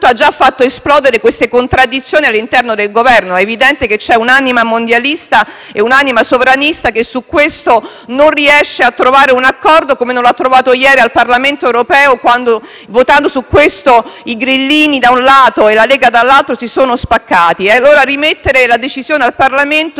un'anima mondialista e una sovranista che su questo punto non riescono a trovare un accordo, come non l'hanno trovato ieri al Parlamento europeo quando, votando su questo punto, i grillini, da un lato, e la Lega, dall'altro, si sono spaccati. Rimettere la decisione al Parlamento ci continua a sembrare anche oggi, dopo le sue parole, un atteggiamento pilatesco